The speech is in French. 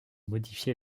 modifier